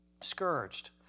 Scourged